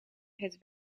het